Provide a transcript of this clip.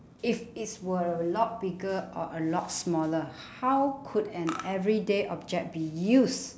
if it were a lot bigger or a lot smaller how could an everyday object be used